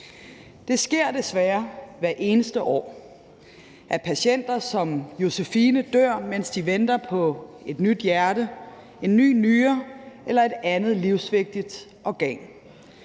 Det sker desværre hvert eneste år, at patienter som Josephine dør, mens de venter på et nyt hjerte, en ny nyre eller et andet livsvigtigt organ,